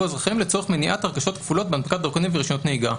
האזרחים לצורך מניעת הרכשות כפולות בהנפקת דרכונים ורישיונות נהיגה.